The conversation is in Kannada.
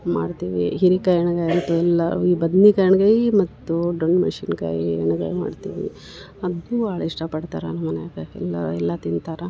ಮಾಡ್ತೀವಿ ಹಿರಿಕಾಯಿ ಎಣ್ಗಾಯಿ ಅಂತ ಎಲ್ಲ ಈ ಬದ್ನಿಕಾಯಿ ಎಣ್ಗಾಯಿ ಮತ್ತು ದೊಣ್ ಮೆಣ್ಶಿನ್ಕಾಯಿ ಎಣ್ಗಾಯಿ ಮಾಡ್ತೀವಿ ಅದನ್ನು ಭಾಳ್ ಇಷ್ಟಪಡ್ತಾರ ನಮ್ಮ ಮನ್ಯಾಗೆ ಎಲ್ಲಾ ಎಲ್ಲಾ ತಿಂತಾರೆ